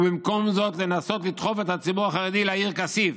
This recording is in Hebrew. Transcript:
ובמקום זאת לנסות לדחוף את הציבור החרדי לעיר כסיף,